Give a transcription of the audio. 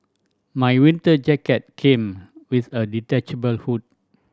my winter jacket came with a detachable hood